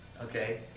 Okay